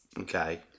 Okay